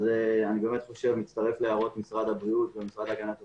אני מצטרף להערות משרד הבריאות והמשרד להגנת הסביבה.